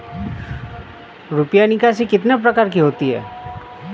रुपया निकासी कितनी प्रकार की होती है?